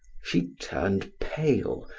she turned pale,